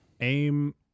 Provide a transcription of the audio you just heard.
Aim